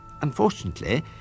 Unfortunately